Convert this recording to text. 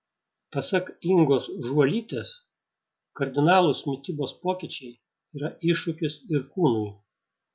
pasak ingos žuolytės kardinalūs mitybos pokyčiai yra iššūkis ir kūnui